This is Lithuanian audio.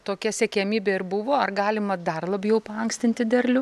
tokia siekiamybė ir buvo ar galima dar labiau paankstinti derlių